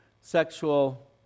Sexual